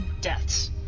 deaths